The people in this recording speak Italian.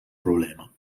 problema